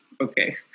okay